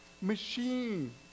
machine